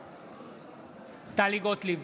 בעד טלי גוטליב